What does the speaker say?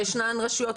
שישנן רשויות,